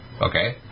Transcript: Okay